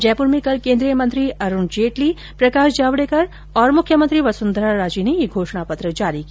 जयपुर में कल केन्द्रीय मंत्री अरूण जेटली प्रकाश जावड़ेकर और मुख्यमंत्री वसुन्धरा राजे ने ये घोषणा पत्र जारी किया